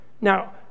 Now